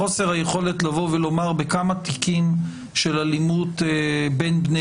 חוסר היכולת לומר בכמה תיקים של אלימות בין בני